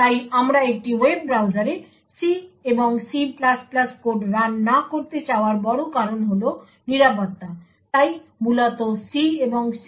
তাই আমরা একটি ওয়েব ব্রাউজারে C এবং C কোড রান না করতে চাওয়ার বড় কারণ হল নিরাপত্তা তাই মূলত C এবং C